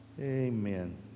Amen